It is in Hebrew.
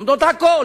הן לומדות הכול: